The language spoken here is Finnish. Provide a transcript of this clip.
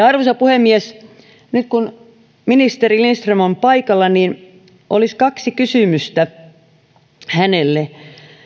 arvoisa puhemies nyt kun ministeri lindström on paikalla olisi kaksi kysymystä hänelle